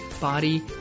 body